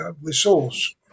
resource